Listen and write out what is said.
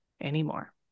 anymore